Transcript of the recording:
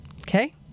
Okay